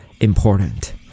important